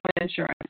insurance